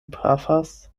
pafas